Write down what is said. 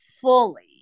fully